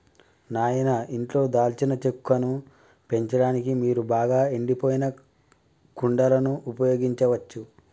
నాయిన ఇంట్లో దాల్చిన చెక్కను పెంచడానికి మీరు బాగా ఎండిపోయిన కుండలను ఉపయోగించచ్చు